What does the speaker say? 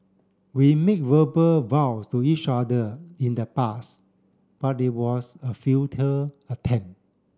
we made verbal vows to each other in the past but it was a futile attempt